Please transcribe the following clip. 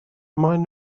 maen